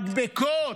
מדבקות.